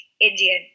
indian